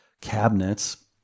cabinets